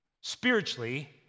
spiritually